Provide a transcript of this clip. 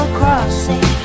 crossing